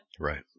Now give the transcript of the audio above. Right